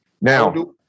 Now